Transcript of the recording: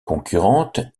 concurrentes